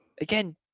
again